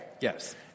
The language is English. Yes